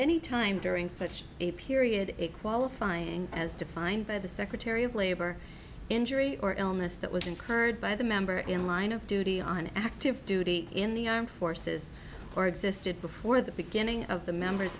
any time during such a period qualifying as defined by the secretary of labor injury or illness that was incurred by the member in line of duty on active duty in the armed forces or existed before the beginning of the members